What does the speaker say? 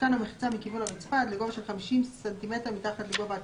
תותקן המחיצה מכיוון הרצפה ועד לגובה של 50 ס"מ מתחת לגובה התקרה,